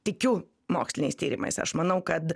tikiu moksliniais tyrimais aš manau kad